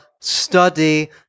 study